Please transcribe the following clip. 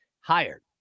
hired